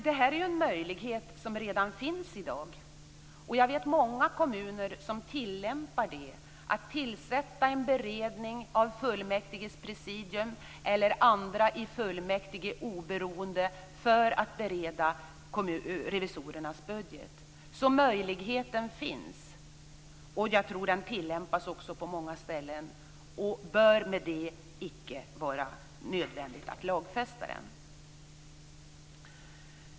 Det här är en möjlighet som redan finns i dag. Jag vet många kommuner som tillämpar det. Man tillsätter en beredning av fullmäktiges presidium eller andra i fullmäktige oberoende för att bereda revisorernas budget, så möjligheten finns. Jag tror att den tillämpas på många ställen. Med det bör det icke vara nödvändigt att lagfästa den.